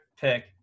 pick